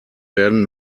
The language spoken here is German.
werden